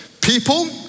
people